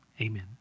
Amen